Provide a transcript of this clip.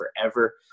forever